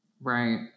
Right